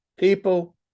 People